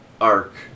arc